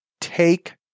take